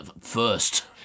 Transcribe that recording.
first